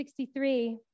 1963